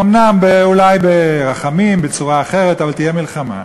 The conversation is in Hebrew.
אולי אומנם ברחמים, בצורה אחרת, אבל תהיה מלחמה,